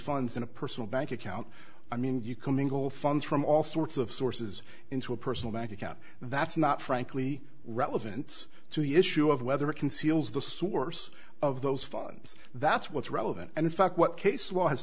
funds in a personal bank account i mean you commingle funds from all sorts of sources into a personal bank account that's not frankly relevant to the issue of whether or conceals the source of those funds that's what's relevant and in fact what case law has